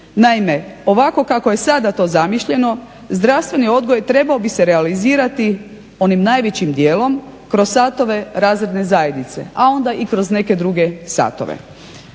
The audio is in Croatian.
Naime, ovako kako je sada to zamišljeno zdravstveni odgoj trebao bi se realizirati onim najvećim dijelom kroz satove razredne zajednice, a onda i kroz neke druge satove.